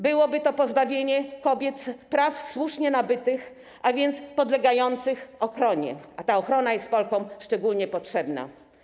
Byłoby to pozbawienie kobiet praw słusznie nabytych, a więc podlegających ochronie, a ta ochrona jest Polkom szczególnie potrzebna.